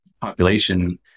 population